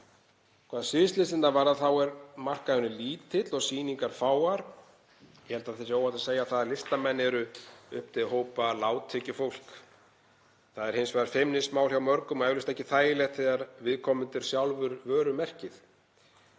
Hvað sviðslistirnar varðar er markaðurinn lítill og sýningar fáar. Ég held að óhætt sé að segja að listamenn séu upp til hópa lágtekjufólk. Það er hins vegar feimnismál hjá mörgum og eflaust ekki þægilegt þegar viðkomandi er sjálfur vörumerkið.